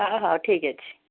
ହଁ ହଁ ଠିକ ଅଛି